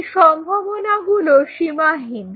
এই সম্ভাবনাগুলো সীমাহীন